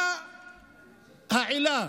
מה העילה?